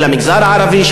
של המגזר הערבי,